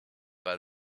pas